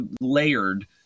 layered